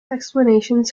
explanations